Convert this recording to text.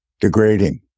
Degrading